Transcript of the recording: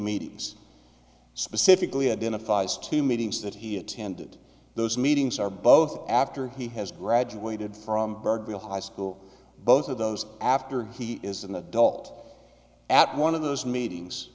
meetings specifically identifies team meetings that he attended those meetings are both after he has graduated from high school both of those after he is an adult at one of those meetings